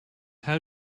how